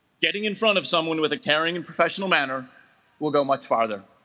getting in front of someone with a caring and professional manner will go much farther